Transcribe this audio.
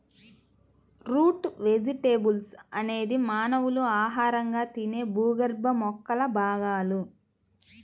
route vegetables అనేది మానవులు ఆహారంగా తినే భూగర్భ మొక్కల భాగాలు